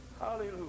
Hallelujah